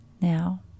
now